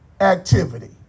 activity